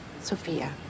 Sophia